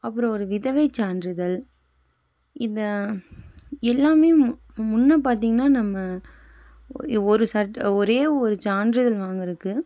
அப்புறம் ஒரு விதவை சான்றிதழ் இந்த எல்லாம் முன்ன பார்த்தீங்கன்னா நம்ம ஒரு சட் ஒரே ஒரு சான்றிதல் வாங்கிறதுக்கு